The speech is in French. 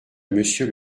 monsieur